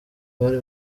bari